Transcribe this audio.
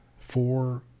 four